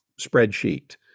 spreadsheet